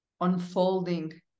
unfolding